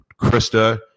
Krista